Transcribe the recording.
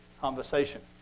conversation